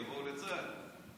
יבואו לצה"ל?